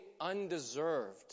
undeserved